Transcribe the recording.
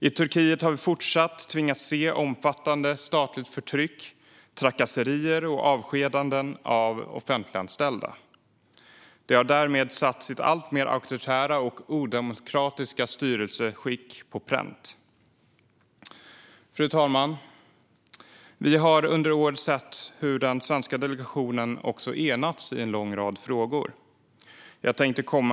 I Turkiet har vi tvingats se fortsatt omfattande statligt förtryck, trakasserier och avskedanden av offentliganställda. Landet har därmed satt sitt alltmer auktoritära och odemokratiska styrelseskick på pränt. Fru talman! Under året har den svenska delegationen också enats i en lång rad frågor.